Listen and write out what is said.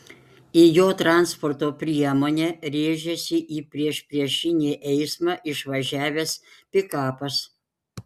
į jo transporto priemonę rėžėsi į priešpriešinį eismą išvažiavęs pikapas